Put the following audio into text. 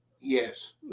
Yes